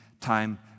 time